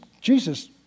Jesus